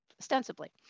ostensibly